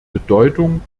bedeutung